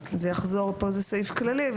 פה זה סעיף כללי.